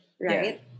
Right